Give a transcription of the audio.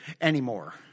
anymore